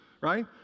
right